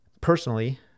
Personally